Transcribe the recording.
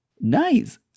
Nice